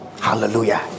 hallelujah